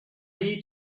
need